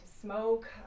smoke